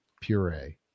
puree